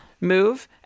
move